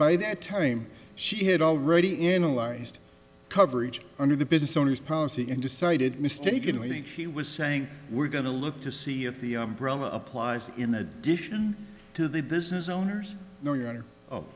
by that time she had already analyzed coverage under the business owners policy and decided mistakenly think she was saying we're going to look to see if the applies in addition to the business owners know your honor